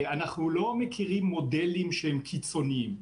אנחנו לא מכירים מודלים שהם קיצוניים.